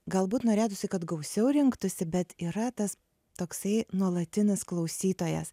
galbūt norėtųsi kad gausiau rinktųsi bet yra tas toksai nuolatinis klausytojas